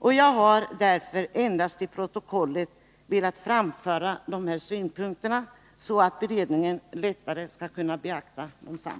Jag har därför endast till protokollet velat framföra dessa synpunkter, så att beredningen lättare skall kunna beakta desamma.